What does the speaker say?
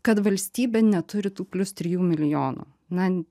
kad valstybė neturi tų plius trijų milijonų na